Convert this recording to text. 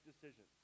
decisions